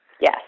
Yes